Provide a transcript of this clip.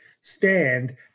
stand